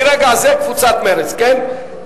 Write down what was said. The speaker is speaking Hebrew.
מרגע זה קבוצת מרצ, כן?